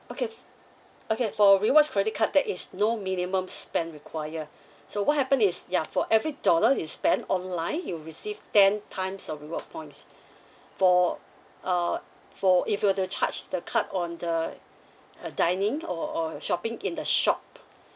okay f~ okay for rewards credit card there is no minimum spend require so what happen is ya for every dollar you spend online you will receive ten times of reward points for uh for if you were to charge the card on the uh dining or or shopping in the shop